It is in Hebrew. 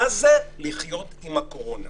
מה זה לחיות עם הקורונה?